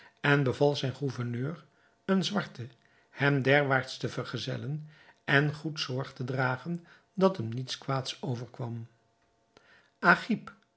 en beval zijn gouverneur een zwarte hem derwaarts te vergezellen en goed zorg te dragen dat hem niets kwaads overkwam